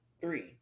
three